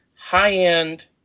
high-end